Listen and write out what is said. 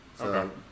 Okay